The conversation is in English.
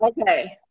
Okay